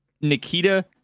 Nikita